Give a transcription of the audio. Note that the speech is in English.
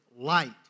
light